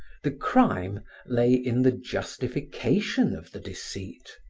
the crime lay in the justification of the deceit.